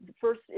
first